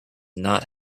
not